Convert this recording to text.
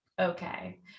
okay